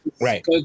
Right